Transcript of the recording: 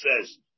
says